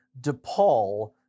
DePaul